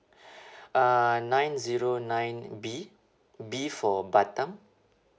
uh nine zero nine B B for batam